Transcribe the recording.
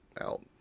out